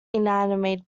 inanimate